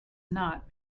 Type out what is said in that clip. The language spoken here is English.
not